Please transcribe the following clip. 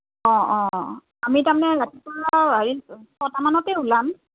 অঁ অঁ আমি তাৰমানে ৰাতিপুৱা ছটামানতে ওলাম